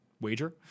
wager